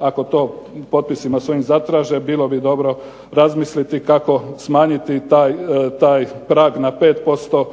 ako to potpisima svojim zatraže bilo bi dobro razmisliti kako smanjiti taj prag na 5%